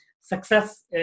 success